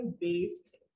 based